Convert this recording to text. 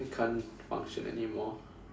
I can't function anymore